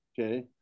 Okay